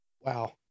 Wow